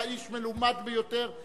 אתה איש מלומד ביותר,